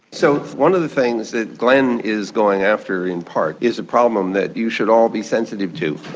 so one of the things that glenn is going after in part is a problem that you should all be sensitive to.